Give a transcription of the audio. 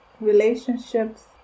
relationships